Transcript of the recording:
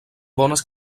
bones